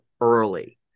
early